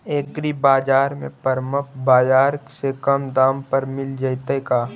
एग्रीबाजार में परमप बाजार से कम दाम पर मिल जैतै का?